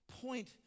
point